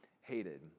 hated